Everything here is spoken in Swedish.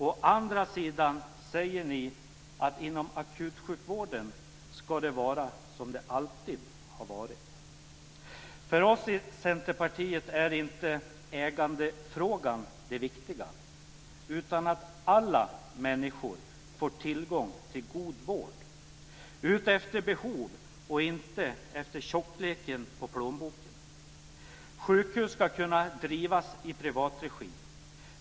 Å andra sidan säger ni att det inom akutsjukvården ska vara som det alltid har varit. För oss i Centerpartiet är inte ägandefrågan det viktiga utan att alla människor får tillgång till god vård efter behov och inte efter tjockleken på plånboken. Sjukhus ska kunna drivas i privat regi.